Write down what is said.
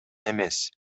эмес